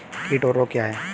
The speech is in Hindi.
कीट और रोग क्या हैं?